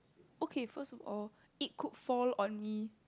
okay first of all it could fall on me